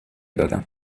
دادم